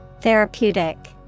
Therapeutic